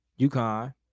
UConn